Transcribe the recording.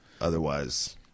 Otherwise